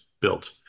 built